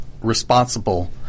responsible